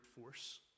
force